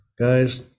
Guys